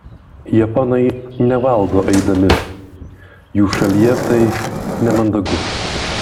japonai nevalgo eidami jų šalyje tai nemandagu